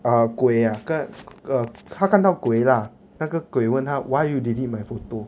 ah 鬼 ah 跟 err 他看到鬼 lah 那个鬼问他 why you delete my photo